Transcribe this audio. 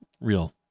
real